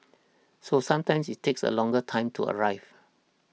so sometimes it takes a longer time to arrive